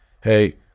Hey